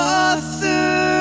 author